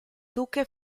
duque